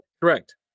Correct